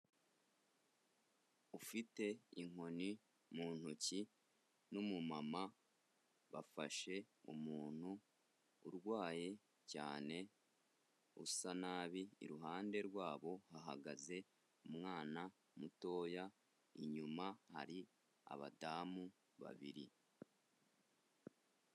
Ufite inkoni mu ntoki n' numumama bafashe umuntu urwaye cyane usa nabi iruhande rwabo hahagaze umwana mutoya inyuma hari abadamu babiri.